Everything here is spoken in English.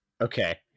Okay